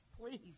please